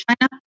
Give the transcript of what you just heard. China